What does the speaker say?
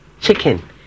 chicken